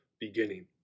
beginning